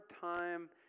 time